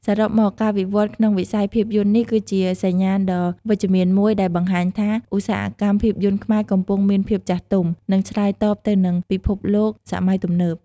សរុបមក ការវិវត្តន៍ក្នុងវិស័យភាពយន្ដនេះគឺជាសញ្ញាណដ៏វិជ្ជមានមួយដែលបង្ហាញថា ឧស្សាហកម្មភាពយន្តខ្មែរកំពុងមានភាពចាស់ទុំ និងឆ្លើយតបទៅនឹងពិភពលោកសម័យទំនើប។